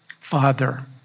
Father